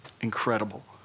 incredible